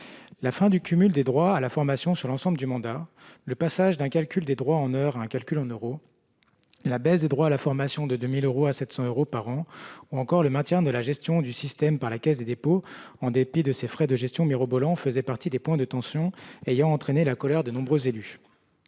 La fin du cumul des droits à la formation sur l'ensemble du mandat, le passage d'un calcul des droits en heures à un calcul en euros, la baisse des droits à la formation de 2 000 euros à 700 euros par an, ou encore le maintien de la gestion du système par la Caisse des dépôts et consignations (CDC) en dépit de ses frais de gestion mirobolants faisaient partie des points de tension ayant entraîné la colère de nombreux élus.